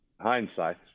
hindsight